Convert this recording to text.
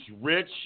rich